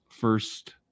first –